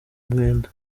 mwenda